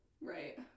Right